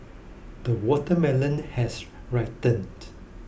the watermelon has ripened